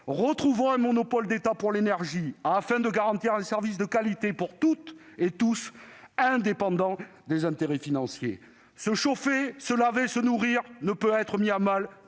retrouvons un monopole d'État pour l'énergie afin de garantir un service de qualité pour tous, indépendamment des intérêts financiers. Se chauffer, se laver, se nourrir, cela ne saurait être mis à mal